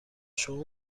شما